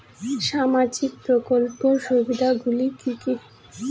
সামাজিক প্রকল্পের সুবিধাগুলি কি কি?